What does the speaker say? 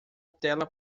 tela